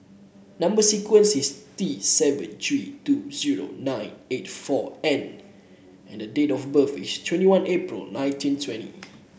number sequence is T seven three two zero nine eight four N and date of birth is twenty one April nineteen twenty